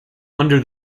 under